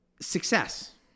success